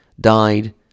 died